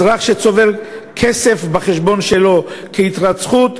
אזרח שצובר כסף בחשבון שלו כיתרת זכות,